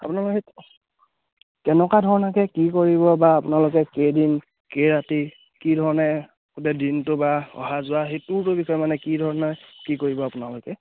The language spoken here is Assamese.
আপোনালোক কেনেকুৱা ধৰণকে কি কৰিব বা আপোনালোকে কেইদিন কেইৰাতি কি ধৰণে গোটেই দিনটো বা অহা যোৱা সেইটোৰ বিষয়ে মানে কি ধৰণে কি কৰিব আপোনালোকে